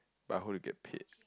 but I hope you get paid